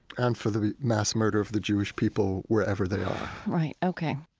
and for the mass murder of the jewish people, wherever they are right, okay.